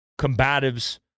combatives